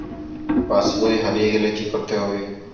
পাশবই হারিয়ে গেলে কি করতে হবে?